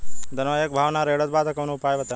धनवा एक भाव ना रेड़त बा कवनो उपाय बतावा?